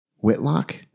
Whitlock